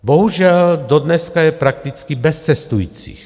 Bohužel dodneška je prakticky bez cestujících.